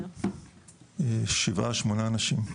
7-8 אנשים.